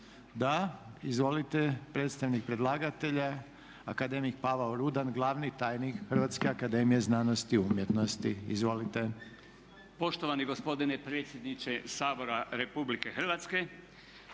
Da. Izvolite, predstavnik predlagatelja akademik Pavao Rudan glavni tajnik Hrvatske akademije znanosti i umjetnosti. Izvolite. **Rudan, Pavao** Poštovani gospodine predsjedniče Sabora Republike Hrvatske,